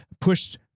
pushed